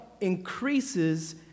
increases